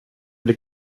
blir